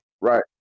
right